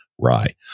rye